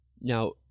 Now